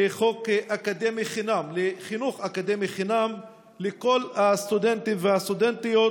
לחינוך אקדמי חינם לכל הסטודנטים והסטודנטיות,